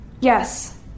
Yes